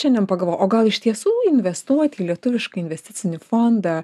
šiandien pagalvojo o gal iš tiesų investuoti į lietuvišką investicinį fondą